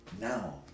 now